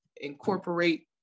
incorporate